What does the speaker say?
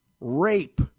rape